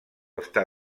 està